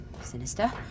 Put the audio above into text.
Sinister